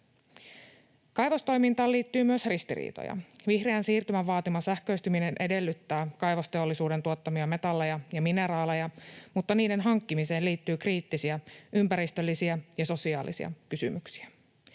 Kaivostoimintaan liittyy myös ristiriitoja. Vihreän siirtymän vaatima sähköistyminen edellyttää kaivosteollisuuden tuottamia metalleja ja mineraaleja, mutta niiden hankkimiseen liittyy kriittisiä ympäristöllisiä ja sosiaalisia kysymyksiä.